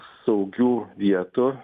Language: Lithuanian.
saugių vietų